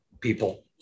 people